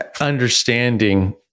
understanding